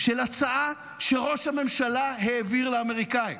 של הצעה שראש הממשלה העביר לאמריקאים.